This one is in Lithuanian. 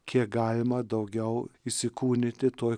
kiek galima daugiau įsikūnyti toj